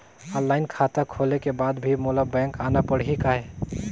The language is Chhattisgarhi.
ऑनलाइन खाता खोले के बाद भी मोला बैंक आना पड़ही काय?